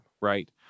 right